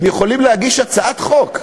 הם יכולים להגיש הצעת חוק.